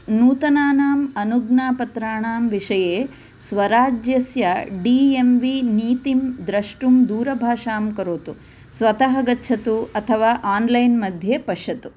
नूतनानाम् अनुज्ञापत्राणां विषये स्वराज्यस्य डि एम् वि नीतिं द्रष्टुं दूरभाषां करोतु स्वतः गच्छतु अथवा आन्लैन् मध्ये पश्यतु